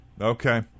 Okay